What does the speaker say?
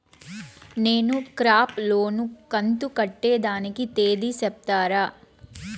నేను crop loan కంతు కట్టేదానికి తేది సెప్తారా?